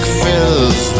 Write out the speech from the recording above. fills